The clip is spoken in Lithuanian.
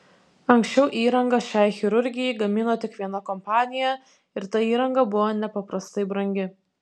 anksčiau įrangą šiai chirurgijai gamino tik viena kompanija ir ta įranga buvo nepaprastai brangi